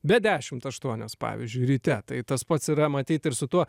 be dešimt aštuonios pavyzdžiui ryte tai tas pats yra matyt ir su tuo